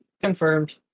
Confirmed